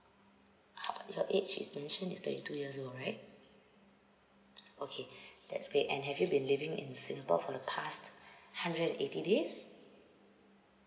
uh your age is mentioned is twenty two years old right okay that'S_Great and have you been living in singapore for the past hundred and eighty days